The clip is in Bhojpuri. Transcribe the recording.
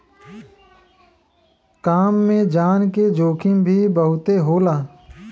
काम में जान के जोखिम भी बहुते होला